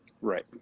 right